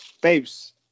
Babes